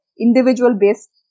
individual-based